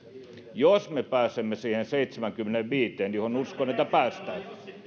jos me pääsemme siihen seitsemäänkymmeneenviiteen johon uskon että päästään